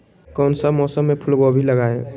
कौन सा मौसम में फूलगोभी लगाए?